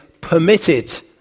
permitted